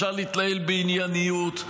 אפשר להתנהל בענייניות,